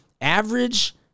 average